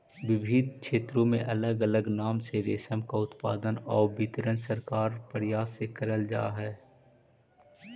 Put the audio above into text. विविध क्षेत्रों में अलग अलग नाम से रेशम का उत्पादन और वितरण सरकारी प्रयास से करल जा हई